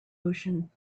ocean